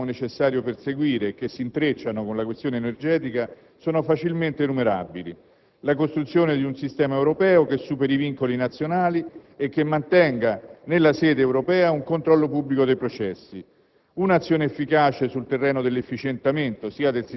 Partendo da questa lettura, gli obiettivi che riteniamo necessario perseguire, e che si intrecciano con la questione energetica, sono facilmente enumerabili: la costruzione di un sistema europeo che superi i vincoli nazionali e che mantenga nella sede europea un controllo pubblico dei processi;